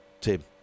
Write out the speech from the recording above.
Tim